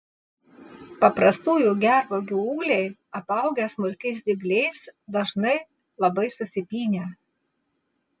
paprastųjų gervuogių ūgliai apaugę smulkiais dygliais dažnai labai susipynę